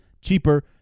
cheaper